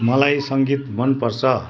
मलाई सङ्गीत मनपर्छ